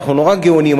אנחנו נורא גאונים,